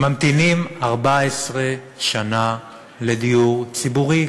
שממתינים 14 שנה לדיור ציבורי.